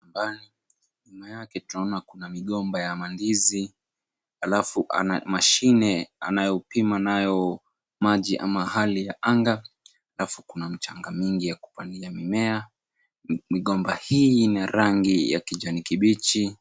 Shambani. Nyuma yake tunaona kuna migomba ya mandizi. Halafu ana mashine anayopima nayo maji ama hali ya anga. Halafu kuna mchanga mingi ya kupandia mimea. Migomba hii ina rangi ya kijani kibichi.